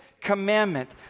commandment